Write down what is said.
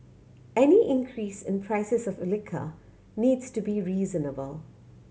any increase in prices of liquor needs to be reasonable